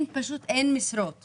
לפטר מאות עובדים